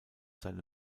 seine